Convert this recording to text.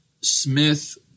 Smith